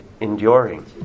enduring